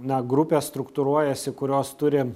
na grupės struktūruojasi kurios turi